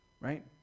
right